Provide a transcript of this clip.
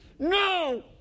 No